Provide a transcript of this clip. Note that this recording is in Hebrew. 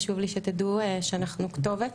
חשוב לי שתדעו שאנחנו כתובת,